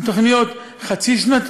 הן תוכניות חצי-שנתיות,